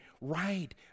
right